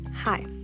hi